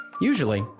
Usually